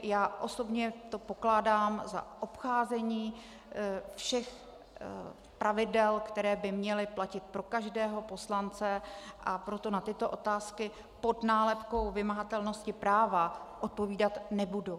Já osobně to pokládám za obcházení všech pravidel, která by měla platit pro každého poslance, a proto na tyto otázky pod nálepkou vymahatelnosti práva odpovídat nebudu.